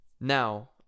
Now